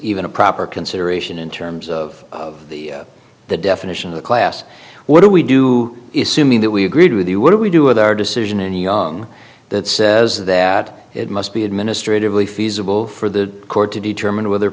even a proper consideration in terms of the definition of a class what do we do is sue me that we agreed with you what do we do with our decision and young that says that it must be administratively feasible for the court to determine whether